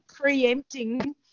preempting